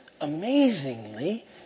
amazingly